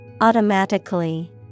Automatically